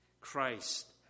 Christ